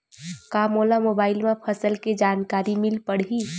का मोला मोबाइल म फसल के जानकारी मिल पढ़ही?